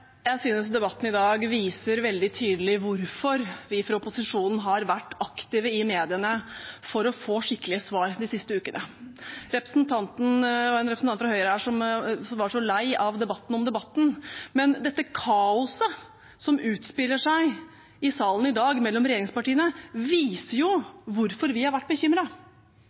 Jeg synes debatten i dag viser veldig tydelig hvorfor vi fra opposisjonen har vært aktiv i mediene for å få skikkelig svar de siste ukene. Det var en representant fra Høyre her som var så lei av debatten om debatten, men dette kaoset som utspiller seg i salen i dag mellom regjeringspartiene, viser hvorfor vi har vært